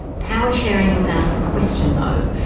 power-sharing was out of the question, though,